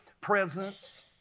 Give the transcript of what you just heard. presence